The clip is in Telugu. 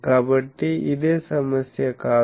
కాబట్టి ఇదే సమస్య కాదు